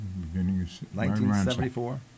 1974